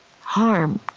harm